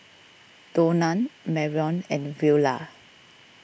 Donna Marrion and Willia